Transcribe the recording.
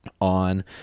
on